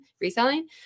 reselling